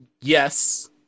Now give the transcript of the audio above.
Yes